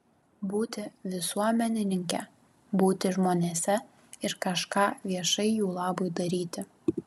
būti visuomenininke būti žmonėse ir kažką viešai jų labui daryti